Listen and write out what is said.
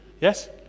yes